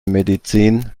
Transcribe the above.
medizin